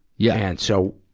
yeah and so,